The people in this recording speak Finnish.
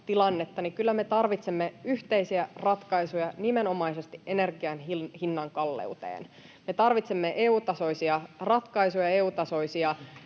niin kyllä me tarvitsemme yhteisiä ratkaisuja nimenomaisesti energian hinnan kalleuteen. Me tarvitsemme EU-tasoisia ratkaisuja ja EU-tasoisia